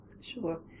Sure